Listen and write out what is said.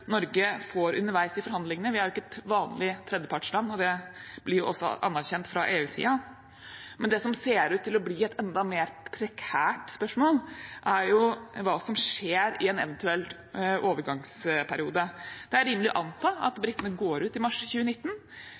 Norge får underveis i forhandlingene. Vi er jo ikke et vanlig tredjepartsland, og det blir også anerkjent fra EU-siden. Det som ser ut til å bli et enda mer prekært spørsmål, er hva som skjer i en eventuell overgangsperiode. Det er rimelig å anta at britene går ut i mars 2019,